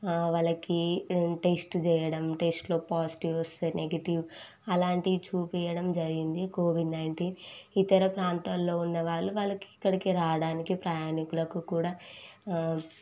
వాళ్ళకి టెస్ట్ చేయడం టెస్టులో పాజిటివ్ వస్తే నెగిటివ్ అలాంటివి చూపించడం జరిగింది కోవిడ్ నైంటీన్ ఇతర ప్రాంతాలలో ఉన్నవాళ్ళు వాళ్ళకి ఇక్కడికి రావడానికి ప్రయాణికులకు కూడా